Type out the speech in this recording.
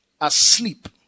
asleep